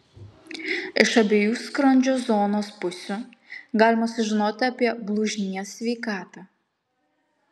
iš abiejų skrandžio zonos pusių galima sužinoti apie blužnies sveikatą